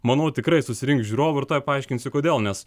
manau tikrai susirinks žiūrovų ir tuoj paaiškinsiu kodėl nes